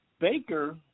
Baker